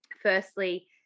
Firstly